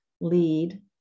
lead